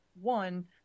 one